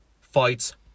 fights